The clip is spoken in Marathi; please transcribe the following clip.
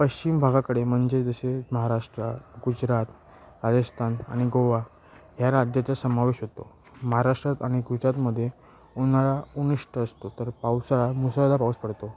पश्चिम भागाकडे म्हणजे जसे महाराष्ट्र गुजरात राजस्थान आणि गोवा ह्या राज्याचा समावेश होतो महाराष्ट्रात आणि गुजरातमध्ये उन्हाळा उनिष्ट असतो तर पावसाळा मुसळधार पाऊस पडतो